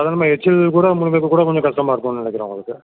சாதாரண எச்சில் கூட முழுங்க கூட கொஞ்சம் கஷ்டமாக இருக்குன்னு நினைக்கிறேன் உங்களுக்கு